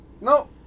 No